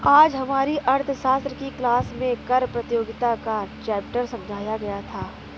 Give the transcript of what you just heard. आज हमारी अर्थशास्त्र की क्लास में कर प्रतियोगिता का चैप्टर समझाया गया था